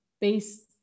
based